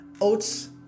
Oats